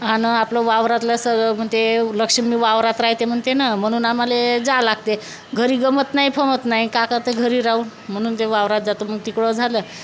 आणि आपलं वावरातलं सगळं म्हणते लक्ष्मी वावरात रहाते म्हणते ना म्हणून आम्हाला जावं लागते घरी गमत नाही फमत नाही का करता घरी राहून म्हणून ते वावरात जातं मग तिकडं झालं